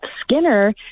Skinner